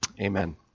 Amen